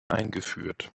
eingeführt